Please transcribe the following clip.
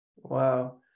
Wow